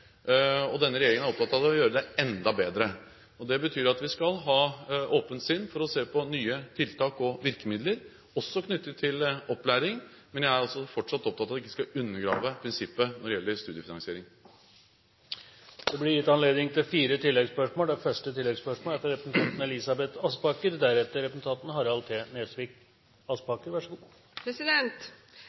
Denne regjeringen er opptatt av å gjøre det enda bedre. Det betyr at vi skal ha et åpent sinn for å se på nye tiltak og virkemidler, også knyttet til opplæring, men jeg er fortsatt opptatt av at vi ikke skal undergrave prinsippet når det gjelder studiefinansiering. Det blir gitt anledning til fire oppfølgingsspørsmål – først representanten Elisabeth Aspaker.